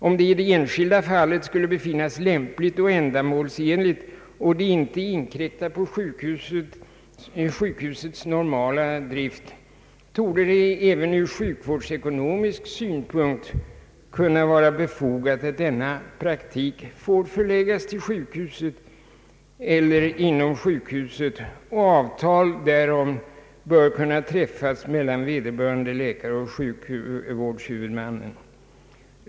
Om det i det enskilda fallet skulle befinnas lämpligt och ändamålsenligt och det inte inkräktar på sjukhusets normala drift, torde det även ur sjukvårdsekonomisk synpunkt kunna vara befogat att denna praktik förläggs till sjukhuset eller inom sjukhusområdet. Avtal därom bör kunna träffas mellan vederbörande läkare och sjukvårdshuvudmannen.